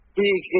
big